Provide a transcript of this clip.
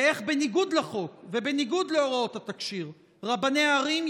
ואיך בניגוד לחוק ובניגוד להוראות התקשי"ר רבני ערים,